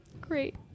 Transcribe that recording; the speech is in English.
great